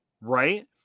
Right